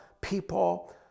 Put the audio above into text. people